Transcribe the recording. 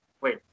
Wait